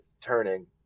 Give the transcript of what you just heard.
turning